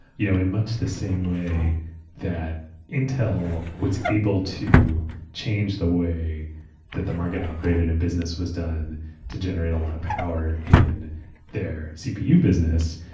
you know in much the same way that intel was able to change the way that the market operated and business was done to generate a lot of power in their cpu business,